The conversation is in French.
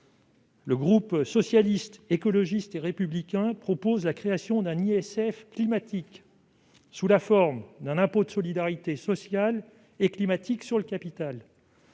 le groupe Socialiste, Écologiste et Républicain propose la création d'un ISF climatique sous la forme d'un impôt de solidarité sociale et climatique sur le capital.